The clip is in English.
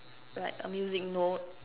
like a music note